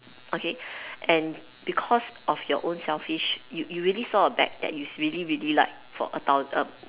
okay and because of your own selfish you you really saw a bag that you is really really like for a thousand